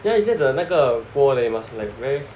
yeah it's just the 那个锅而已 mah like ver~